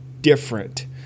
different